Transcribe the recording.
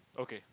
okay